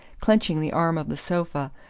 clenching the arm of the sofa,